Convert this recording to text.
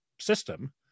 system